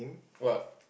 what